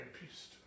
peace